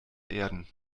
erden